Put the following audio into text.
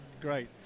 great